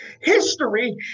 History